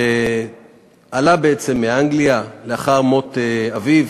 שעלה מאנגליה לאחר מות אביו,